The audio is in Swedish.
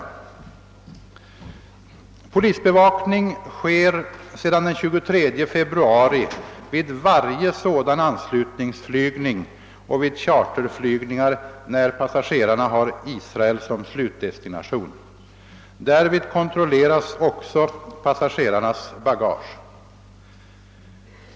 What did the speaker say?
Polisbevakning sker sedan den 23 februari vid varje sådan anslutningsflygning och vid charterflygningar när passagerarna har Israel som slutdesti nation. Därvid kontrolleras också passagerarnas bagage.